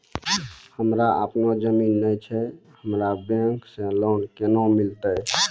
हमरा आपनौ जमीन नैय छै हमरा बैंक से लोन केना मिलतै?